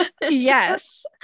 yes